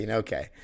okay